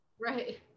right